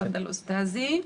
תפדל אוסתאזי.